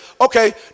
Okay